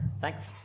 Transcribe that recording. Thanks